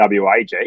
WAG